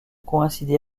coïncider